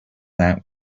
that